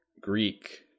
Greek